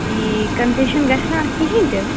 ٹھیٖک کَنسیشٮ۪ن گَژھِ نا اَتھ کِہیٖنٛۍ تہِ